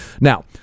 Now